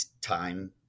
time